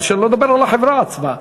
שלא לדבר על החברה עצמה,